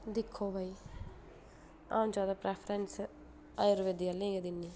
दिक्खो भाई अ'ऊं जैदा प्रैफरंस आयुर्वेदिक आह्लें गी दिन्नी होन्नी